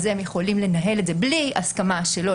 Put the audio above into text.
הם יכולים לנהל את זה בלי הסכמה שלו,